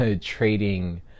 trading